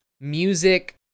music